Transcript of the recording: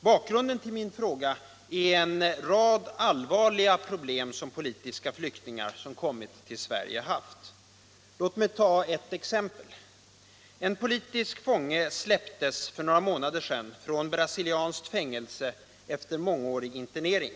Bakgrunden till min fråga är en rad allvarliga problem som politiska flyktingar som kommit till Sverige haft. Låt mig ta ett exempel. En politisk fånge släpptes för några månader sedan från ett brasilianskt fängelse efter mångårig internering.